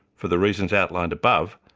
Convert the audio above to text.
for the reasons outlined above,